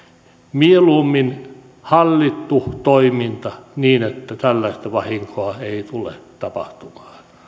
mieluummin hallittu toiminta niin että tällaista vahinkoa ei tule tapahtumaan